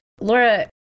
Laura